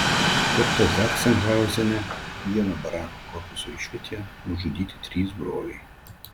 kartą zachsenhauzene vieno barako korpuso išvietėje nužudyti trys broliai